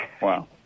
Wow